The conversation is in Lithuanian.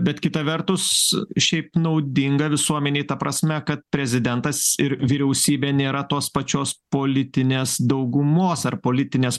bet kita vertus šiaip naudinga visuomenei ta prasme kad prezidentas ir vyriausybė nėra tos pačios politinės daugumos ar politinės